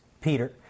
Peter